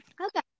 okay